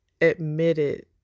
admitted